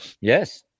Yes